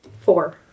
Four